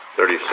thirty six.